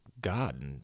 God